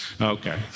Okay